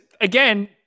Again